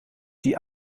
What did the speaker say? die